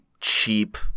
cheap